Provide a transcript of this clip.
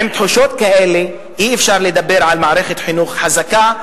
עם תחושות כאלה אי-אפשר לדבר על מערכת חינוך חזקה,